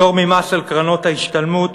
פטור ממס על קרנות ההשתלמות,